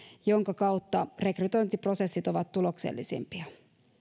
jonka kautta rekrytointiprosessit ovat tuloksellisimpia